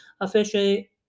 officially